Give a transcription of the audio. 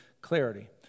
clarity